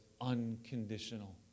unconditional